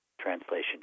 translation